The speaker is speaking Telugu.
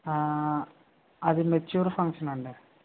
అది మెచ్యూర్ ఫంక్షనండి